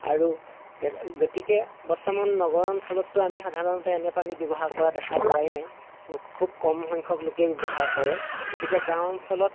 আৰু গতিকে বৰ্তমান নগৰ অঞ্চলতটো আমি সাধাৰণতে এনে পানী ব্যৱহাৰ কৰা দেখা পোৱাই নাই খুব কম সংস্যক লোকে ব্যৱহাৰ কৰে গতিকে গাঁও অঞ্চলত